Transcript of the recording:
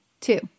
Two